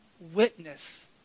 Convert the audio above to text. witness